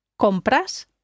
Compras